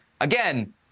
again